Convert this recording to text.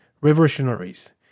revolutionaries